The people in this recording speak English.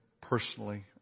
personally